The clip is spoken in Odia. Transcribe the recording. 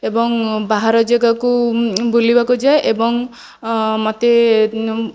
ଏବଂ ବାହାର ଜାଗାକୁ ବୁଲିବାକୁ ଯାଏ ଏବଂ ମୋତେ